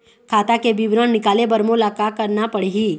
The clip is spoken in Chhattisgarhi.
खाता के विवरण निकाले बर मोला का करना पड़ही?